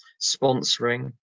sponsoring